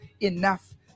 enough